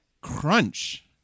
crunch